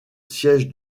siège